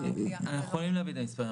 אנחנו יכולים להביא את המספרים.